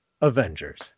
avengers